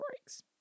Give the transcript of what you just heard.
breaks